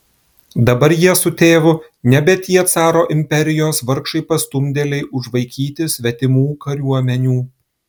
dabar jie su tėvu nebe tie caro imperijos vargšai pastumdėliai užvaikyti svetimų kariuomenių